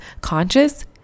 conscious